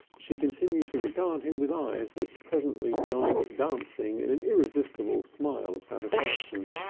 she continued to regard him with eyes that presently joined dancing in an irresistible smile of satisfaction.